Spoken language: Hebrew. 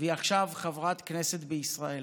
והיא עכשיו חברת כנסת בישראל.